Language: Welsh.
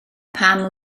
pam